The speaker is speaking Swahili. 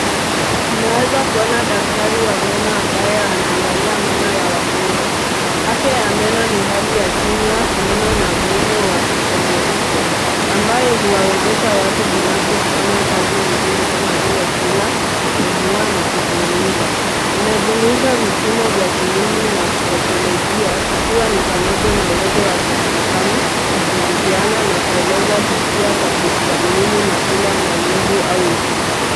Naweza kuona daktari wa meno ambaye anaangalia meno ya wagonjwa. Afya ya meno ni hali ya kinywaa, meno na muundo wa kikomo uso, ambayo huwawezesha watu binafsi kufanya kazi muhimu kama vile kula, kupumua na kuzungumza. Inajumuisha vipimo vya kimwili na kisaikolojia ikiwa ni pamoja na uwezo wa kutasamu, ushirikiano na kueleza hisia kwa kujiamini na bila maumivu au usumbufu.